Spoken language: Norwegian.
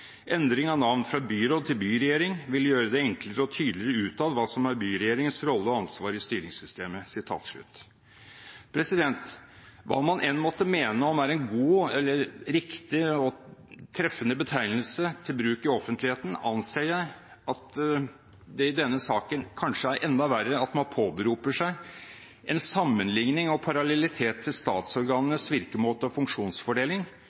Endring av navn fra «byråd» til «byregjering» vil gjøre det enklere og tydeligere utad hva som er byregjeringens rolle og ansvar i styringssystemet.» Hva man enn måtte mene om det er en god eller riktig og treffende betegnelse til bruk i offentligheten, anser jeg at det i denne saken kanskje er enda verre at man påberoper seg en sammenligning og parallellitet til statsorganenes virkemåte og funksjonsfordeling